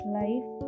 life